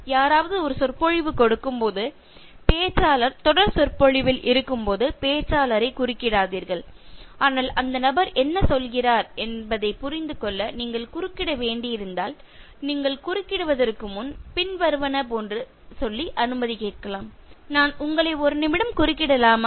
யாராவது ஒரு சொற்பொழிவு கொடுக்கும்போது பேச்சாளர் தொடர் சொற்பொழிவில் இருக்கும்போது பேச்சாளரை குறுக்கிடாதீர்கள் ஆனால் அந்த நபர் என்ன சொல்கிறார் என்பதை புரிந்து கொள்ள நீங்கள் குறுக்கிட வேண்டியிருந்தால் நீங்கள் குறுக்கிடுவதற்கு முன் பின் வருவன போன்று சொல்லி அனுமதி கேட்கலாம் நான் உங்களை ஒரு நிமிடம் குறுக்கிடலாமா